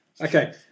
Okay